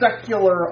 secular